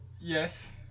Yes